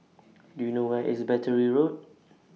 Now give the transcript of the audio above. Do YOU know Where IS Battery Road